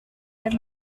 dan